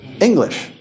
English